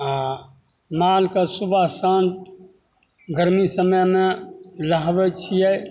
आओर मालकेँ सुबह शाम गरमी समयमे नहबै छिए